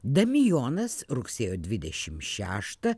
damijonas rugsėjo dvidešim šeštą